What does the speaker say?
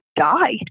die